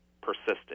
persisting